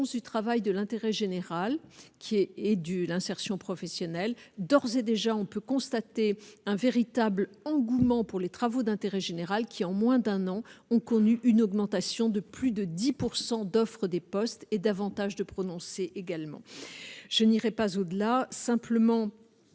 du travail de l'intérêt général qui est est du l'insertion professionnelle, d'ores et déjà, on peut constater un véritable engouement pour les travaux d'intérêt général qui en moins d'un an, ont connu une augmentation de plus de 10 pourcent d'offres des postes et davantage de prononcer également je n'irai pas au-delà, simplement